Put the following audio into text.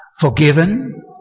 forgiven